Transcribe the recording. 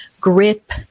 grip